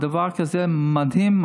דבר כזה מדהים,